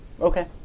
Okay